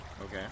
Okay